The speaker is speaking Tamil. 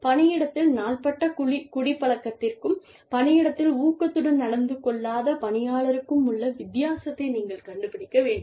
பணியிடத்தில் நாள்பட்ட குடிப்பழக்கத்திற்கும் பணியிடத்தில் ஊக்கத்துடன் நடந்து கொள்ளாத பணியாளர்களுக்கும் உள்ள வித்தியாசத்தை நீங்கள் கண்டுபிடிக்க வேண்டும்